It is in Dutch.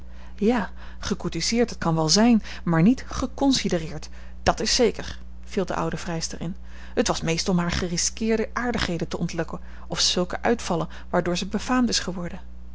ja gecourtiseerd dat kan wel zijn maar niet geconsidereerd dat is zeker viel de oude vrijster in het was meest om haar gerisqueerde aardigheden te ontlokken of zulke uitvallen waardoor ze befaamd is geworden